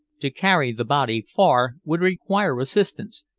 to carry the body far would require assistance,